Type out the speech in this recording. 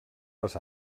les